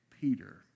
Peter